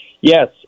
Yes